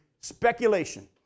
Speculation